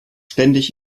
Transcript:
ständig